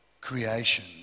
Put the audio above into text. creation